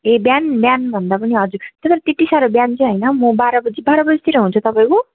ए बिहान बिहानभन्दा पनि हजुर तर त्यति साह्रो बिहान चाहिँ होइन म बाह्र बजी बाह्र बजीतिर हुन्छ तपाईँको